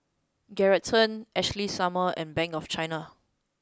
Geraldton Ashley Summers and Bank of China